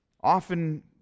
often